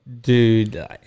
Dude